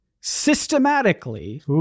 systematically